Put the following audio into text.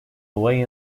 away